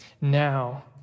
Now